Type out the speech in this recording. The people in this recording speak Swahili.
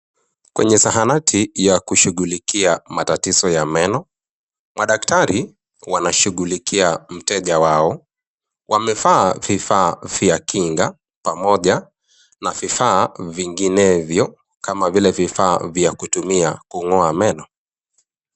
kwenye zahanati ya kushughulikia matatizo ya meno, madaktari wanashughulikia mteja wao. Wamevaa vifaa vya kinga pamoja na vifaa vinginenvyo, kama vile vifaa vya kutumia kung'oa meno.